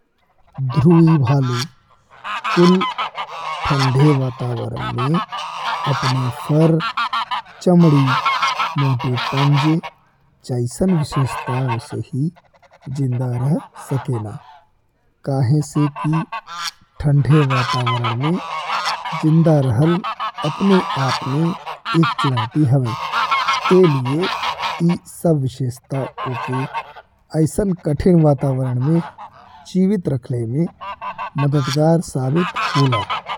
ध्रुवी भालू कुल ठंडे वातावरण में अपने फर, चमड़ी, मोटे पंजे जइसन विशेषतवन से ही जिंदा रह सकेला। काहें से कि ठंडे वातावरण में जिंदा रहल अपने आप में एक चुनौती हवे, ऐ लई ई सब विशेषता ओ के अइसन कठिन वातावरण में जीवित रखलें में मददगार साबित होला।